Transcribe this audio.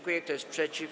Kto jest przeciw?